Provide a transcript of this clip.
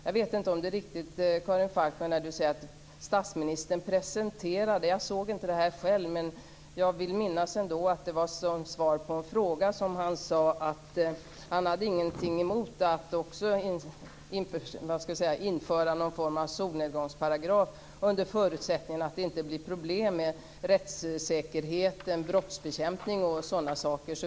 Jag vet inte om det är riktigt som Karin Falkmer säger, att statsministern presenterade förslaget. Jag såg själv inte inslaget, men jag vill minnas att det var som svar på en fråga som han sade att han inte hade någonting emot att införa någon form av solnedgångsparagraf under förutsättning att det inte blir problem med rättssäkerheten, brottsbekämpningen och sådana saker.